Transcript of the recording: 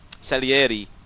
Salieri